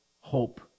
hope